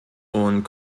und